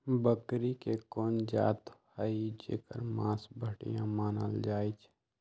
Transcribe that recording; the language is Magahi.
बकरी के कोन जात हई जेकर मास बढ़िया मानल जाई छई?